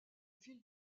ville